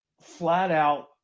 flat-out